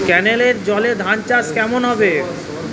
কেনেলের জলে ধানচাষ কেমন হবে?